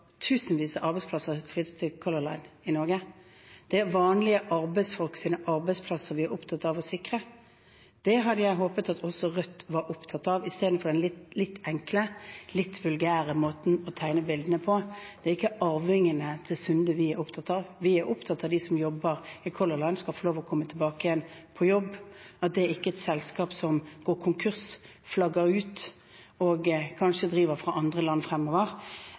tusenvis av arbeidsplasser knyttet til Color Line i Norge. Det er vanlige arbeidsfolks arbeidsplasser vi er opptatt av å sikre. Det hadde jeg håpet at også Rødt var opptatt av, i stedet for den litt enkle, litt vulgære måten å tegne bildene på. Det er ikke arvingene til Sunde vi er opptatt av. Vi er opptatt av at de som jobber i Color Line, skal få lov til å komme tilbake på jobb – at ikke selskapet går konkurs, flagger ut og kanskje driver fra andre land fremover.